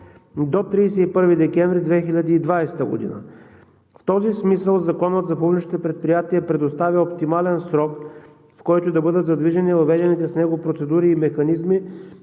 до 31 декември 2020 г. В този смисъл Законът за публичните предприятия предоставя оптимален срок, в който да бъдат задвижени въведените с него процедури и механизми,